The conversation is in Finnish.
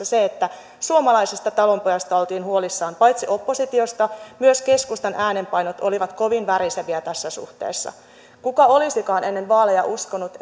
se että suomalaisesta talonpojasta oltiin huolissaan oppositiosta myös keskustan äänenpainot olivat kovin väriseviä tässä suhteessa kuka olisikaan ennen vaaleja uskonut